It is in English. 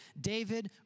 David